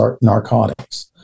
narcotics